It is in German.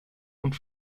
und